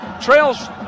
Trails